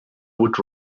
would